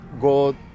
go